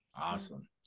awesome